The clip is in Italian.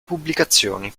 pubblicazioni